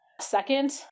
Second